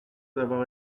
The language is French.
d’avoir